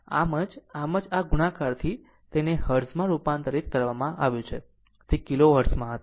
આમ આમ જ આ ગુણાકારથી તેને હર્ટ્ઝમાં રૂપાંતરિત કરવામાં આવ્યું છે તે કિલો હર્ટ્ઝ હતું